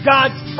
God's